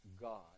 God